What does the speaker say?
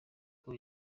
ubwo